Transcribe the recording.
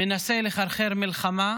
מנסה לחרחר מלחמה,